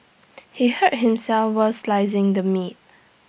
he hurt himself while slicing the meat